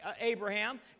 Abraham